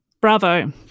Bravo